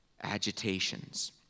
agitations